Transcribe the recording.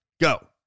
go